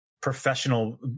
professional